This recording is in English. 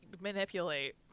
manipulate